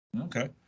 Okay